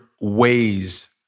ways